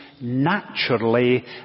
naturally